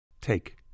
Take